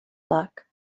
luck